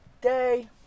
day